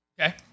Okay